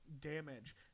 damage